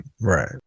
right